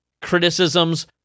criticisms